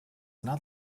not